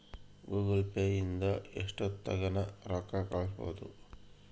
Google Pay ಇಂದ ಎಷ್ಟೋತ್ತಗನ ರೊಕ್ಕ ಹಕ್ಬೊದು